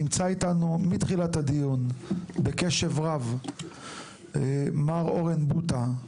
נמצא איתנו מתחילת הדיון בקשב רב מר אורן בוטא,